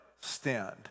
stand